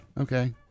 Okay